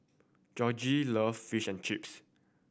Georgie love Fish and Chips